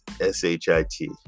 S-H-I-T